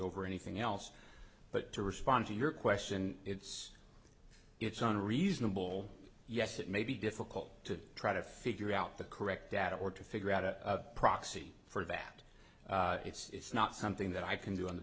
over anything else but to respond to your question it's it's unreasonable yes it may be difficult to try to figure out the correct data or to figure out a proxy for that it's not something that i can do on the